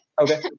Okay